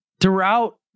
throughout